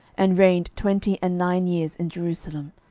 and reigned twenty and nine years in jerusalem.